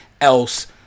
else